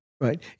Right